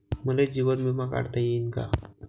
मले जीवन बिमा काढता येईन का?